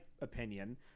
opinion